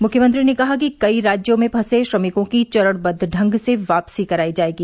मुख्यमंत्री ने कहा कि कई राज्यों में फंसे श्रमिकों की चरणबद्व ढंग से वापसी कराई जायेगी